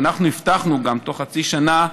ואנחנו הבטחנו גם, בתוך חצי שנה,